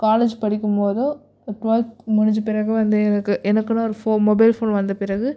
college படிக்கும் போதோ twelfth முடிஞ்ச பிறகோ வந்து எனக்கு எனக்குன்னு ஒரு ஃபோ மொபைல் ஃபோன் வந்த பிறகு